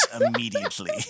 immediately